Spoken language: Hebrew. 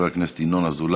של חבר הכנסת ינון אזולאי.